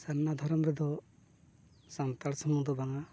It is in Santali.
ᱥᱟᱨᱱᱟ ᱫᱷᱚᱨᱚᱢ ᱨᱮᱫᱚ ᱥᱟᱱᱛᱟᱲ ᱥᱩᱢᱩᱝ ᱫᱚ ᱵᱟᱝᱟ